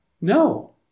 No